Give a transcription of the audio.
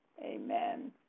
Amen